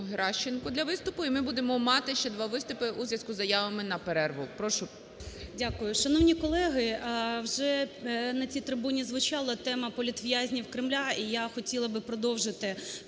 Геращенко для виступу. І ми будемо мати ще два виступу у зв'язку з заявами на перерву. Прошу. 10:36:44 ГЕРАЩЕНКО І.В. Дякую. Шановні колеги, вже на цій трибуні звучала тема політв'язнів Кремля, і я би хотіла продовжити